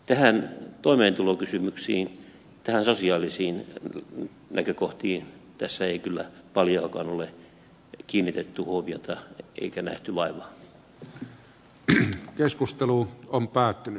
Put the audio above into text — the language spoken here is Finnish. näihin toimeentulokysymyksiin näihin sosiaalisiin näkökohtiin tässä ei kyllä paljoakaan ole kiinnitetty huomiota eikä nähty vaivaa